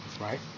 right